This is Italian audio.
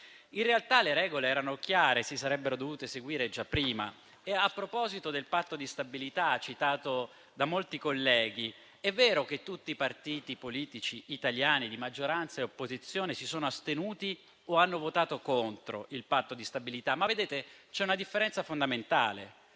in realtà, le regole erano chiare e si sarebbero dovute seguire già prima. A proposito del Patto di stabilità, citato da molti colleghi, è vero che tutti i partiti politici italiani, di maggioranza e opposizione, si sono astenuti o hanno votato contro il Patto di stabilità, ma c'è una differenza fondamentale